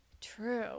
true